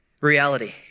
reality